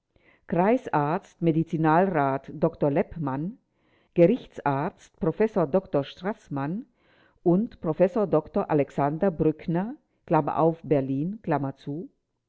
kreisarzt medizinalrat dr leppmann gerichtsarzt professor dr straßmann und professor dr alexander brückner